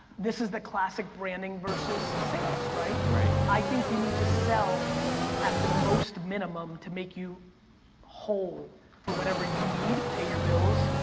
this is the classic branding versus sales, right? right. i think you need to sell at the most minimum to make you whole for whatever you need to pay your bills.